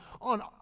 on